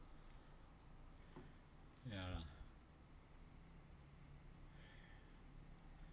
ya lah